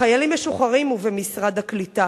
בחיילים משוחררים ובמשרד הקליטה.